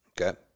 Okay